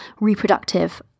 reproductive